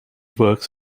works